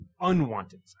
unwanted